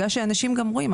בגלל שאנשים גם רואים,